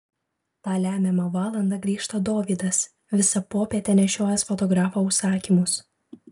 tą lemiamą valandą grįžta dovydas visą popietę nešiojęs fotografo užsakymus